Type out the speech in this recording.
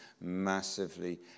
massively